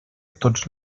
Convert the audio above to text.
tots